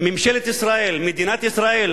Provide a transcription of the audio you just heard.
מדינת ישראל,